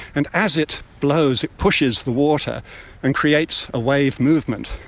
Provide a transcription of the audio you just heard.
and as it blows it pushes the water and creates a wave movement,